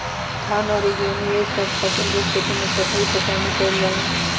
धान अउर गेंहू ए सभ फसल के खेती मे सतही पटवनी कइल जाला